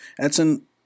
Edson